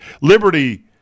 Liberty